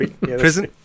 Prison